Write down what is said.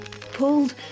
pulled